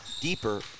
deeper